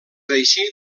així